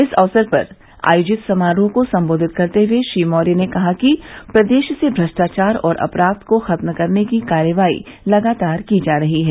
इस अवसर पर आयोजित समारोह को संबोधित करते हुए श्री मौर्य ने कहा कि प्रदेश से भ्रष्टाचार और अपराध को खत्म करने की कार्रवाई लगातार की जा रही है